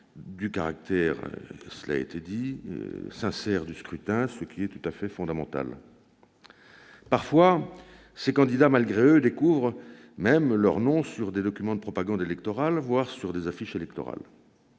du scrutin, cela a été dit, ce qui est tout à fait fondamental. Parfois, ces candidats malgré eux découvrent leur nom sur des documents de propagande électorale, voire sur des affiches électorales.